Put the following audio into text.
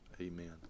Amen